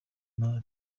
imari